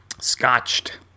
Scotched